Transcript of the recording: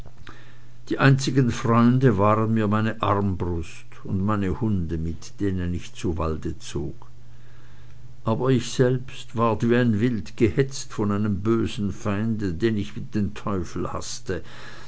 die einzigen freunde waren mir meine armbrust und meine hunde mit denen ich zu walde zog aber ich selbst ward wie ein wild gehetzt von einem bösen feinde den ich wie den teufel haßte